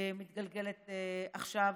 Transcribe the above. שמתגלגלת עכשיו,